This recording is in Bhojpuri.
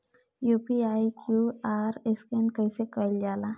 यू.पी.आई क्यू.आर स्कैन कइसे कईल जा ला?